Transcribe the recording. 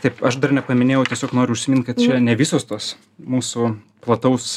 taip aš dar nepaminėjau tiesiog noriu užsimint kad čia ne visos tos mūsų plataus